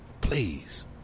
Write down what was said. Please